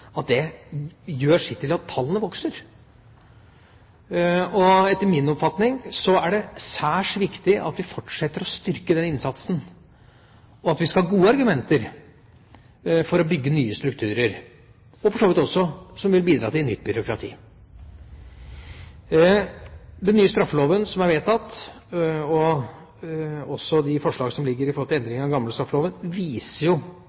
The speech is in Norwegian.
gjør sitt til at tallene vokser. Etter min oppfatning er det særs viktig at vi fortsetter å styrke den innsatsen, og vi skal ha gode argumenter for å bygge nye strukturer som for så vidt også vil bidra til nytt byråkrati. Den nye straffeloven som er vedtatt, og også de forslagene som ligger om endring av den gamle straffeloven, viser